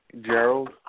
Gerald